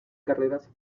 carreras